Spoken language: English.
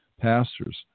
Pastors